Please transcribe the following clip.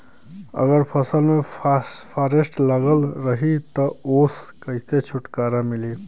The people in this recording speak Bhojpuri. अगर फसल में फारेस्ट लगल रही त ओस कइसे छूटकारा मिली?